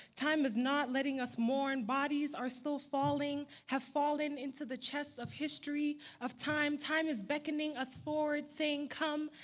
time is not letting us mourn. bodies are still falling, have fallen into the chest of history of time. time is beckoning us forward. saying come,